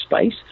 space